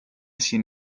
sin